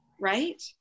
right